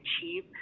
achieve